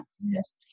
Yes